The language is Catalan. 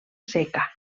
seca